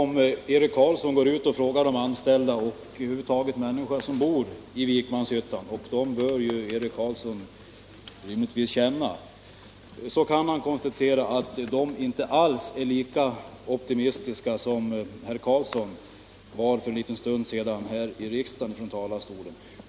Herr talman! Om Eric Carlsson frågar anställda och över huvud taget människor som bor i Vikmanshyttan — dem bör ju Eric Carlsson rimligtvis känna — kan han konstatera att de inte alls är lika optimistiska som han själv för en liten stund sedan var från denna talarstol.